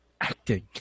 acting